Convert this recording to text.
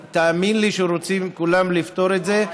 תאמין לי שרוצים כולם לפתור את זה,